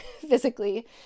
physically